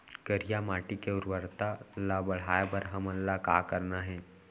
करिया माटी के उर्वरता ला बढ़ाए बर हमन ला का करना हे?